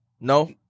No